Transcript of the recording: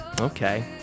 Okay